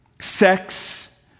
Sex